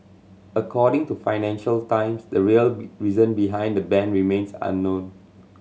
according to Financial Times the real be reason behind the ban remains unknown